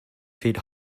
feet